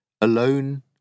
Alone